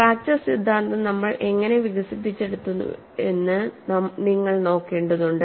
fracture സിദ്ധാന്തം നമ്മൾ എങ്ങനെ വികസിപ്പിച്ചെടുത്തുവെന്ന് നിങ്ങൾ നോക്കേണ്ടതുണ്ട്